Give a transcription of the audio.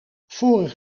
vorig